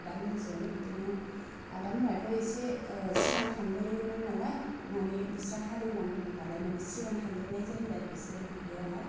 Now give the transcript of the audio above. आदामोनजों बिदिनो आदा मोनहाथ' एसे सिगां थांग्रोयोमोन नालाय मानि बिस्रा हाल एवनांगौमोन नालाय मानि सिगां थांग्रोनाय जायो आरो बिसोरो दुब्लिआवहाय